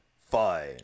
fine